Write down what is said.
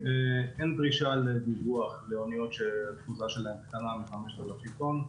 אין דרישה לדיווח לאניות שהתפוסה שלהן קטנה מ-5,000 טון.